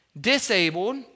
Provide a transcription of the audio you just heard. disabled